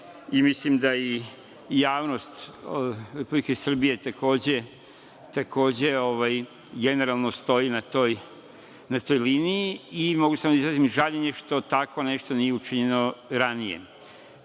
i mislim da i javnost Republike Srbije, takođe generalno stoji na toj liniji i mogu samo da izrazim žaljenje što tako nešto nije učinjeno ranije,